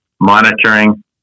monitoring